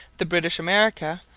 the british america,